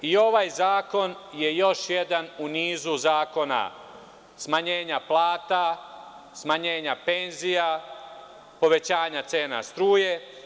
I ovaj zakon je još jedan u nizu zakona smanjenja plata, smanjenja penzija, povećanja cena struje.